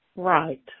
Right